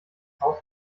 haus